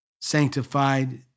sanctified